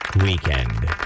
weekend